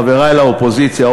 חברי באופוזיציה,